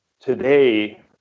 today